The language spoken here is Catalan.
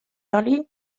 oli